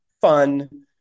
fun